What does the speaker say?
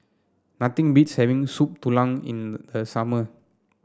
nothing beats having Soup Tulang in the a summer